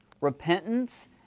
Repentance